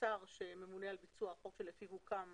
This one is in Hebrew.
השר שממונה על ביצוע החוק לפיו הוקם